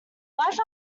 life